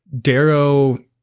Darrow